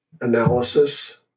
analysis